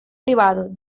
privado